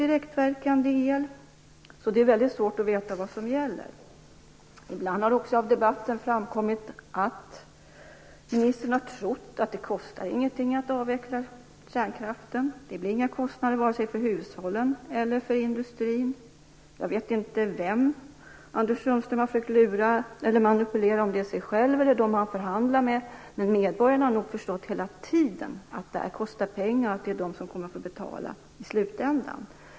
Det är väldigt svårt att veta vad som gäller. Ibland har det också framkommit av debatten att ministern har trott att det inte kostar någonting att avveckla kärnkraften. Det skulle inte bli några kostnader vare sig för hushållen eller för industrin. Jag vet inte vem Anders Sundström har försökt lura eller manipulera, om det är sig själv eller de han förhandlar med. Men medborgarna har nog hela tiden förstått att detta kostar pengar och att det är de som kommer att få betala i slutändan.